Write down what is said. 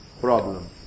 problem